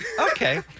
Okay